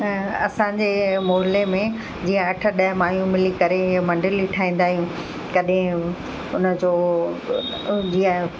असांजे मोहल्ले में जीअं अठ ॾह माइयूं मिली करे मंडली ठाहींदा आहियूं कॾहिं उन जो हूंदी आहे